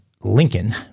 Lincoln